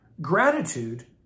Gratitude